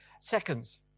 seconds